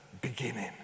beginning